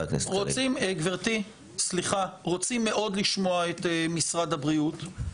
רוצים מאוד לשמוע את משרד הבריאות.